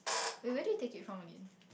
eh where did you take it from again